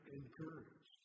encouraged